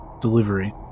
delivery